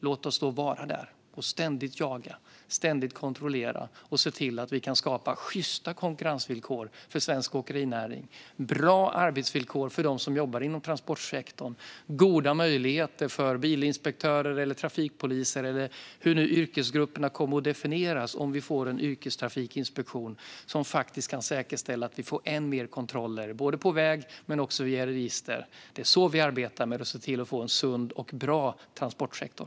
Låt oss då vara där och ständigt jaga, ständigt kontrollera och se till att vi kan skapa sjysta konkurrensvillkor för svensk åkerinäring med bra arbetsvillkor för dem som jobbar inom transportsektorn. Det innebär goda möjligheter för bilinspektörer, trafikpoliser eller hur nu yrkesgrupperna kommer att definieras om vi får en yrkestrafiktrafikinspektion som kan säkerställa att vi får än mer kontroller både på väg men också via register. Det är så vi arbetar med att se till att få en sund och bra transportsektor.